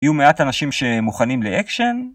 יהיו מעט אנשים שמוכנים לאקשן,